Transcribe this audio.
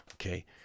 okay